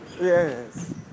Yes